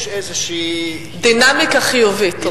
יש איזושהי, דינמיקה חיובית.